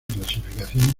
clasificación